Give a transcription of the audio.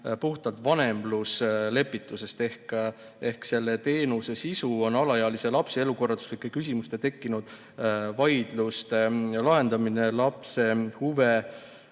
puhtalt vanemluslepitusest ehk selle teenuse sisu on alaealise lapse elukorralduslike küsimuste üle tekkinud vaidluste lahendamine lapse huve